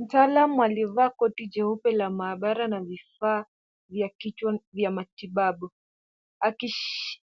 Mtaalam aliyevaa koti jeupe la maabara a vifaa vya kichwa vya matibabu,